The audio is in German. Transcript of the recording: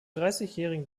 dreißigjährigen